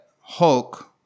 Hulk